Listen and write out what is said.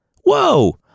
whoa